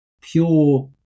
Pure